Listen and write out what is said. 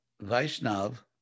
Vaishnav